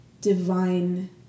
divine